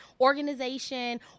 organization